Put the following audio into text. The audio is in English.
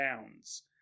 pounds